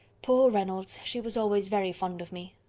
poor reynolds, she was always very fond of me.